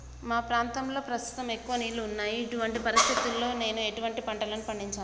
మా ప్రాంతంలో ప్రస్తుతం ఎక్కువ నీళ్లు ఉన్నాయి, ఇటువంటి పరిస్థితిలో నేను ఎటువంటి పంటలను పండించాలే?